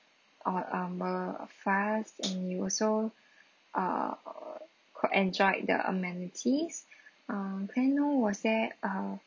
or um uh fast and you also err quite enjoyed the amenities um can I know was there uh